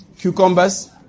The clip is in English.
cucumbers